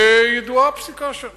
ידועה הפסיקה שם